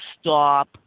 stop